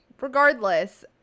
regardless